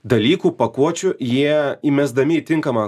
dalykų pakuočių jie įmesdami į tinkamą